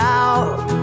out